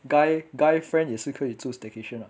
guy guy friend 也是可以住 staycation [what]